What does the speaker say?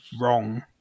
wrong